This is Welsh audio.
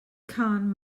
cân